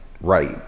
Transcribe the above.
right